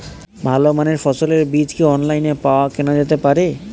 ভালো মানের ফসলের বীজ কি অনলাইনে পাওয়া কেনা যেতে পারে?